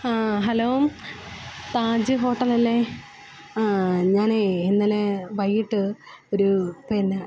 hello Taj ഹോട്ടലല്ലേ ഞാൻ ഇന്നലെ വൈകീട്ട് ഒരു പിന്നെ